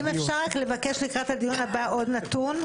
אם אפשר, אני מבקשת לדיון הבא לקבל עוד נתון.